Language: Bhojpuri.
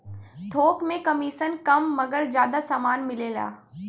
थोक में कमिसन कम मगर जादा समान मिलेला